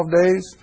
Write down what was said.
days